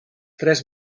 tres